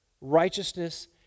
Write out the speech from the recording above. Righteousness